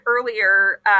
earlier